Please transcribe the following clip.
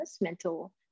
mental